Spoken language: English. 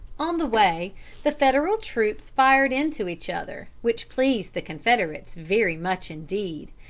on the way the federal troops fired into each other, which pleased the confederates very much indeed.